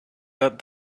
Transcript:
that